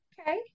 okay